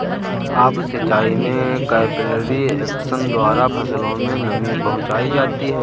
up सिचाई में capillary action द्वारा फसलों में नमी पहुंचाई जाती है